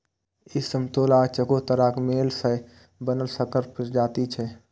ई समतोला आ चकोतराक मेल सं बनल संकर प्रजाति छियै